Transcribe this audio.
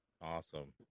Awesome